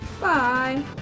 Bye